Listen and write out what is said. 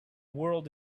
world